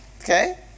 Okay